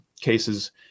cases